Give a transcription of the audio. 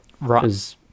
Right